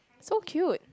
so cute